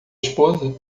esposa